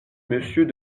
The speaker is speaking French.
monsieur